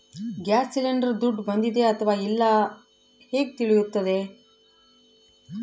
Gas cylinder ದುಡ್ಡು ಬಂದಿದೆ ಅಥವಾ ಇಲ್ಲ ಹೇಗೆ ತಿಳಿಯುತ್ತದೆ?